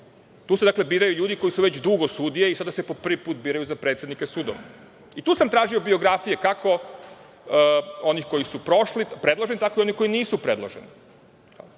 Tu se dakle biraju ljudi koji su već dugo sudije i sada se po prvi put biraju za predsednika sudova. I, tu sam tražio biografije kako onih koji su prošli, predloženi, tako i onih koji nisu predloženi.